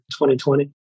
2020